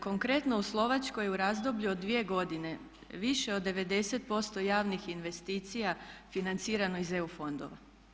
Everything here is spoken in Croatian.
Konkretno u Slovačkoj u razdoblju od 2 godine više od 90% javnih investicija financirano je iz EU fondova.